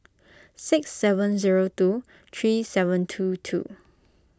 six seven zero two three seven two two